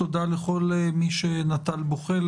תודה לכל מי שנטל בו חלק,